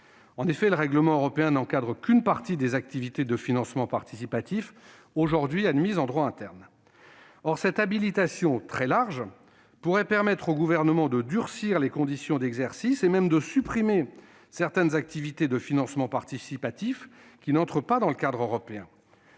En effet, le règlement européen n'encadre qu'une partie des activités de financement participatif aujourd'hui admises en droit interne. Or cette habilitation très large pourrait permettre au Gouvernement de durcir les conditions d'exercice et même de supprimer certaines activités de financement participatif qui n'entrent pas dans le cadre européen.